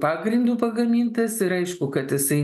pagrindu pagamintas ir aišku kad jisai